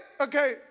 okay